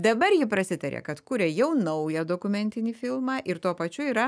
dabar ji prasitarė kad kuria jau naują dokumentinį filmą ir tuo pačiu yra